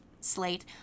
slate